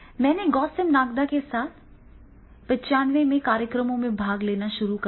मैंने गैसिम नागदा के साथ 95 में कार्यक्रमों में भाग लेना शुरू कर दिया